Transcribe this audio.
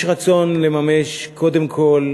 יש רצון לממש קודם כול